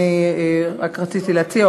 אני רק רציתי להציע,